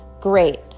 Great